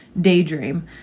daydream